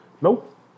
Nope